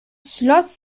schloss